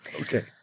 Okay